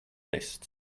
list